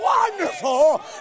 wonderful